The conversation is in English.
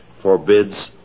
forbids